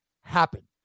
happen